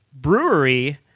brewery